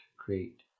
create